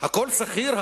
הכול סחיר?